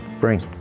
bring